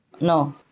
No